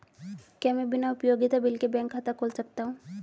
क्या मैं बिना उपयोगिता बिल के बैंक खाता खोल सकता हूँ?